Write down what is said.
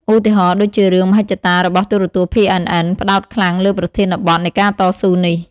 ឧទាហរណ៍ដូចជារឿង "មហិច្ឆតា" របស់ ទូរទស្សន៍ PNN ផ្តោតខ្លាំងលើប្រធានបទនៃការតស៊ូនេះ។